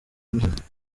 muhima